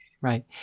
Right